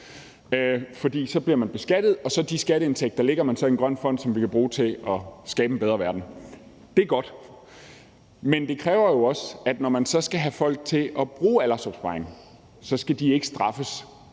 for så bliver man beskattet, og de skatteindtægter lægger man så i en grøn fond, som vi kan bruge til at skabe en bedre verden. Det er godt. Men det kræver jo også, at når man så skal have folk til at bruge aldersopsparingen, skal de ikke straffes